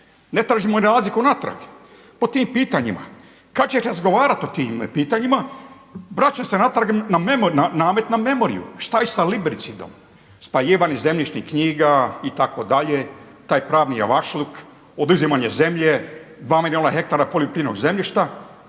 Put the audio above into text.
Ne tražimo razliku natrag. Po tim pitanjima kada ćeš razgovarati o tim pitanjima, vraćam se natrag na namet na memoriju, šta je sa libricidom? Spaljivanje zemljišnih knjiga itd., taj pravni javašluk, oduzimanje zemlje, 2 milijuna hektara poljoprivrednog zemljišta.